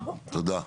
תודה.